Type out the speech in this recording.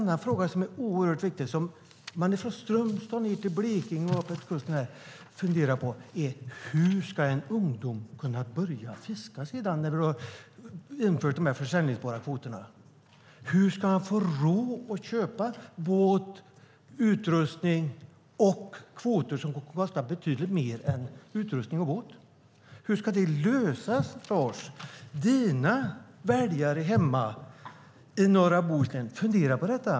En annan fråga som är oerhört viktig och som man från Strömstad till Blekinge och upp efter kusten här funderar på är: Hur ska en ungdom kunna börja fiska när du har infört de säljbara kvoterna? Hur ska han få råd att förutom båt och utrustning köpa kvoter som kostar betydligt mer än båt och utrustning? Hur ska det lösas, Lars? Dina väljare hemma i norra Bohuslän funderar på detta.